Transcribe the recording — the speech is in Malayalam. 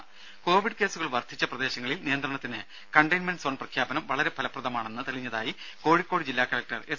രുര കോവിഡ് കേസുകൾ വർധിച്ച പ്രദേശങ്ങളിൽ നിയന്ത്രണത്തിന് കണ്ടെയിൻമെന്റ് സോൺ പ്രഖ്യാപനം വളരെ ഫലപ്രദമാണെന്ന് തെളിഞ്ഞതായി കോഴിക്കോട് ജില്ലാ കലക്ടർ എസ്